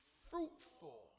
fruitful